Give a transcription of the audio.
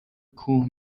کوه